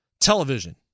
television